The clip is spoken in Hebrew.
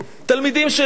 תלמידים שלי,